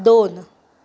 दोन